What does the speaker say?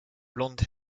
blonde